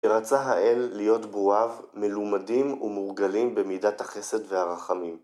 שרצה האל להיות בואיו מלומדים ומורגלים במידת החסד והרחמים.